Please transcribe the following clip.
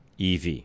EV